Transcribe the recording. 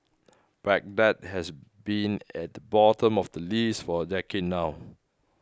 Baghdad has been at the bottom of the list for a decade now